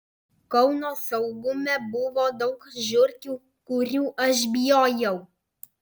kauno saugume buvo daug žiurkių kurių aš bijojau